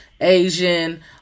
Asian